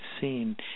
seen